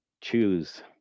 choose